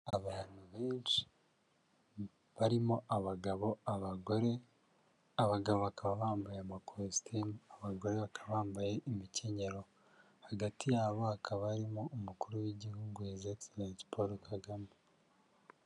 Abantu benshi, barimo; abagabo, abagore, abagabo bakaba bambaye amakositimu, abagore bakaba bambaye imikenyero, hagati yabo hakaba harimo umukuru w'igihugu hizegiserensi Paul Kagame.